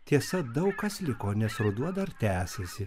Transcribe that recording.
tiesa daug kas liko nes ruduo dar tęsiasi